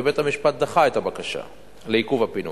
ובית-המשפט דחה את הבקשה לעיכוב הפינוי,